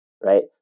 right